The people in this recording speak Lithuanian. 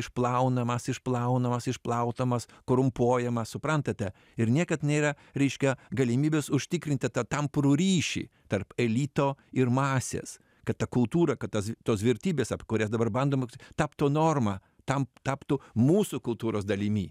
išplaunamas išplaunamas išplautamas korumpuojamas suprantate ir niekad nėra reiškia galimybės užtikrinti tą tamprų ryšį tarp elito ir masės kad ta kultūra kad tas tos vertybės apie kurias dabar bandoma taptų norma tam taptų mūsų kultūros dalimi